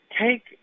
take